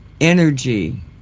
energy